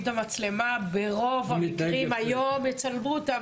את המצלמה ברוב המקרים היום יצלמו אותם,